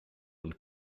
und